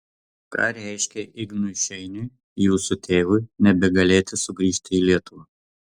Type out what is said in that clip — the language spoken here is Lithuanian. ką reiškė ignui šeiniui jūsų tėvui nebegalėti sugrįžti į lietuvą